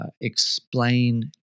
Explain